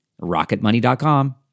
rocketmoney.com